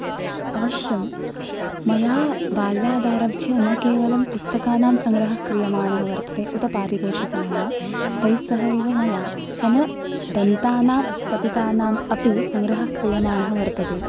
अवश्यं मया बाल्यादारभ्य न केवलं पुस्तकानां सङ्ग्रहः क्रियमाणः वर्तते उत पारितोषकाणां तैस्सह एव मया मम दन्तानां पतितानां अपि सङ्ग्रहः क्रियमाणः वर्तते